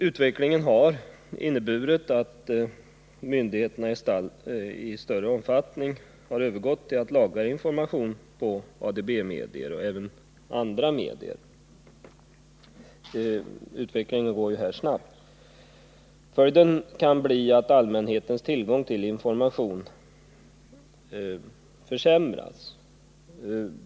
Utvecklingen har inneburit att myndigheterna i större omfattning har övergått till att lagra information på ADB-medier och även andra medier. Utvecklingen går ju snabbt här. Följden kan bli att allmänhetens tillgång till information försämras.